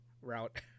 route